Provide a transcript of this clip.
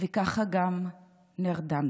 וכך גם נרדמתי.